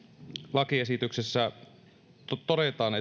lakiesityksessä todetaan